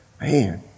man